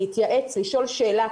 להתייעץ, לשאול שאלה?